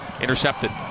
intercepted